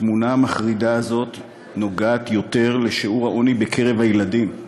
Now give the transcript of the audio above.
התמונה המחרידה הזאת נוגעת יותר לשיעור העוני בקרב הילדים.